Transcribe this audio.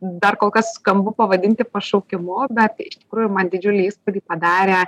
dar kol kas skambu pavadinti pašaukimu bet iš tikrųjų man didžiulį įspūdį padarė